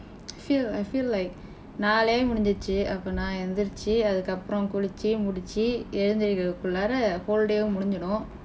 I feel I feel like நாளே முடிஞ்சுச்சு அப்போ நான் எந்திரிச்சு அதுக்கு அப்புறம் குளிச்சி முடிச்சி எழுத்தரிக்க குள்ளாற:naale mudinjsuchsu appoo naan endtharthisu athukku appuram kulichsi mudichsi ezhundtharikka kullaara whole day முடிஞ்சிரும்:mudinjsirum